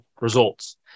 results